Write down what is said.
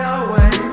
away